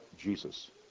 Jesus